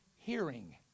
hearing